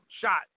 shot